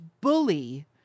bully